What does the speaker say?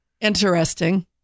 interesting